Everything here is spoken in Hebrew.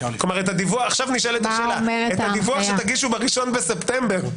עכשיו נשאלת השאלה את הדיווח שתגישו ב-1 בספטמבר,